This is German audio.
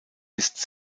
ist